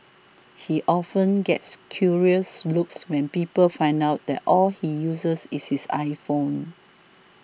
he often gets curious looks when people find out that all he uses is his iPhone